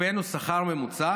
הקפאנו שכר ממוצע